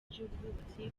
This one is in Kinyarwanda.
by’ubwubatsi